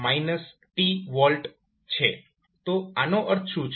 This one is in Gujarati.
તો આનો અર્થ શું છે